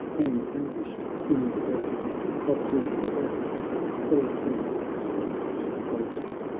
and languished in the breath of drooping flowers all sense expectant faltered.